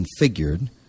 configured